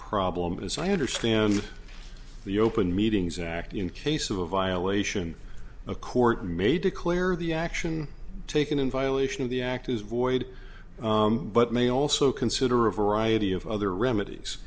problem as i understand the open meetings act in case of a violation a court may declare the action taken in violation of the act is void but may also consider a variety of other remedies